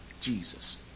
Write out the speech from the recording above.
Jesus